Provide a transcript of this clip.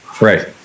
Right